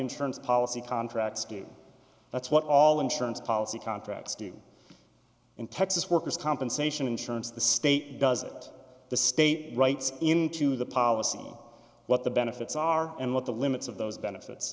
insurance policy contracts do that's what all insurance policy contracts do in texas workers compensation insurance the state does it the state writes in to the policy what the benefits are and what the limits of those benefits